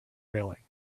railing